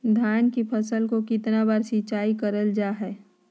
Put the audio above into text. धान की फ़सल को कितना बार सिंचाई करल जा हाय?